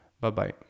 Bye-bye